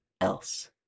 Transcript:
else